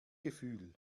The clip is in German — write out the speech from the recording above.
gefühl